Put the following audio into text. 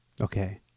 okay